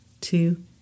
two